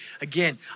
again